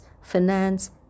finance